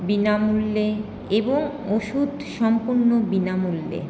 বিনামূল্যে এবং ওষুধ সম্পূর্ণ বিনামূল্যে